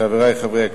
חברי חברי הכנסת,